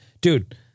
Dude